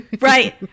Right